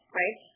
right